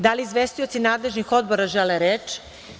Da li izvestioci nadležnih odbora žele reč?